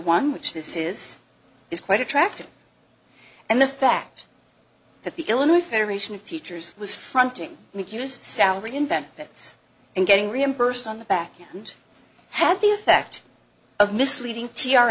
one which this is is quite attractive and the fact that the illinois federation of teachers was fronting mchugh's salary invent that and getting reimbursed on the back end had the effect of misleading t r